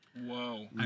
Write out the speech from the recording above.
Whoa